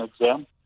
exam